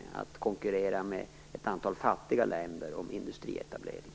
Vi skall inte konkurrera med ett antal fattiga länder om industrietableringar.